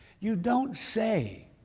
you don't say,